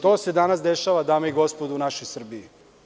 To se danas dešava, dame i gospodo u našoj Srbiji.